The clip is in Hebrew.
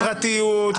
הפרטיות,